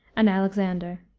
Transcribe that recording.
and alexander.